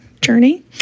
journey